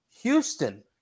Houston